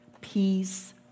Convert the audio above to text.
peace